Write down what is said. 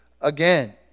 again